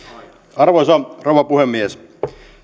arvoisa rouva puhemies